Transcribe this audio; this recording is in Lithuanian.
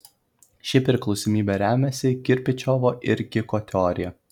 ši priklausomybė remiasi kirpičiovo ir kiko teorija